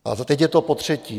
A teď je to potřetí.